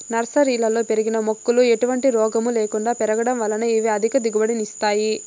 నర్సరీలలో పెరిగిన మొక్కలు ఎటువంటి రోగము లేకుండా పెరగడం వలన ఇవి అధిక దిగుబడిని ఇస్తాయి